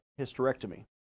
hysterectomy